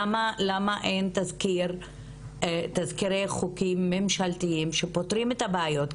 למה אין תזכירי חוקים ממשלתיים שפותרים את הבעיות?